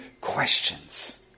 questions